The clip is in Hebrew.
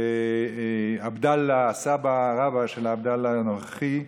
עבדאללה, סבא-רבא של עבדאללה הנוכחי,